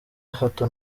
hato